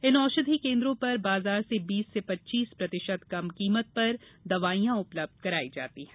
इन औषधि केन्द्रों पर बाजार से बीस से पच्चीस प्रतिशत कम कीमत पर दवाइयां उपलब्ध कराई जाती हैं